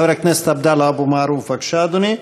חבר הכנסת עבדאללה אבו מערוף, בבקשה, אדוני.